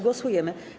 Głosujemy.